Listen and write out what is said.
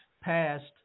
passed